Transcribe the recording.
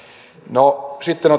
no sitten